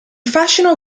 fascino